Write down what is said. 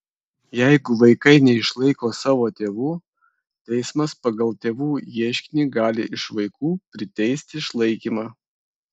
jeigu vaikai neišlaiko savo tėvų teismas pagal tėvų ieškinį gali iš vaikų priteisti išlaikymą